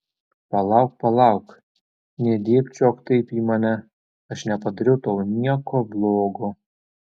palauk palauk nedėbčiok taip į mane aš nepadariau tau nieko blogo